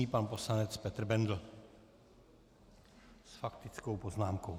Nyní pan poslanec Petr Bendl s faktickou poznámkou.